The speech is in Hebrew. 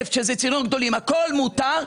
נפט שהם צינורות גדולים הכול מותר.